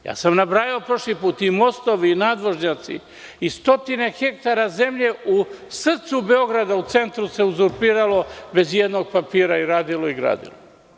Prošli put sam nabrajao i mostovi i nadvožnjaci i stotine hektara zemlje u srcu Beograda u centru se uzurpiralo bez ijednog papira i radilo i gradilo.